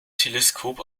teleskop